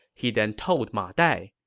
he then told ma dai,